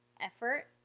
effort